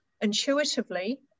intuitively